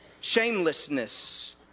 shamelessness